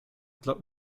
dla